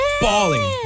Balling